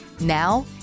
Now